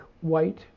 white